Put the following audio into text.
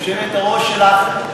היושבת-ראש שלך,